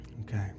Okay